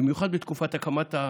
בבקשה להמשיך.